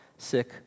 sick